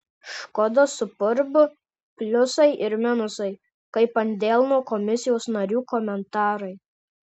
škoda superb pliusai ir minusai kaip ant delno komisijos narių komentarai